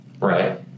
Right